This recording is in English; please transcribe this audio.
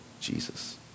Jesus